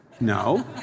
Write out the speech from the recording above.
No